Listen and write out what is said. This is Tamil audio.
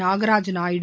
நாகராஜ நாயுடு